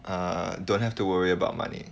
err don't have to worry about money